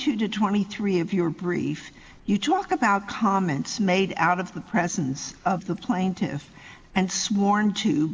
two to twenty three of your brief you talk about comments made out of the presence of the plaintive and